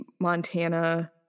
Montana